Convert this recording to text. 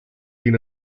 been